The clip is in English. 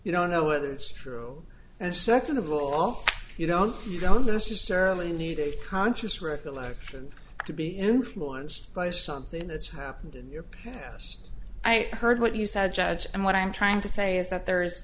you don't know whether it's true and second of all you don't you don't necessarily need a conscious recollection to be influenced by something that's happened to your house i heard what you said judge and what i'm trying to say is that there